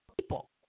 people